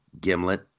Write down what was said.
Gimlet